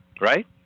right